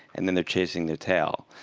and then they're chasing the tail.